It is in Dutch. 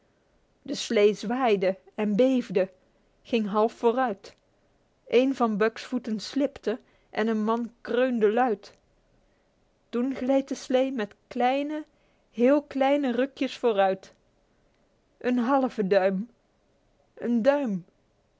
de slee zwaaide en beefde ging half vooruit een van buck's voeten slipte en een man kreunde luid toen gleed de slee met kleine heel kleine rukjes vooruit een halve duim een duim